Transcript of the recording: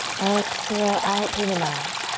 exhale out through the mouth.